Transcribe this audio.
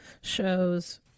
shows